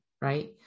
right